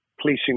policing